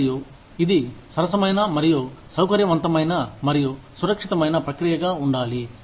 మరియు ఇది సరసమైన మరియు సౌకర్యవంతమైన మరియు సురక్షితమైన ప్రక్రియగా ఉండాలి